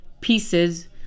pieces